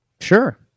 Sure